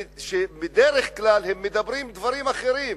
שבדרך כלל מדברים דברים אחרים,